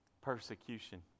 persecution